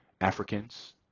Africans